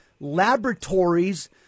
laboratories